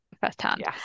firsthand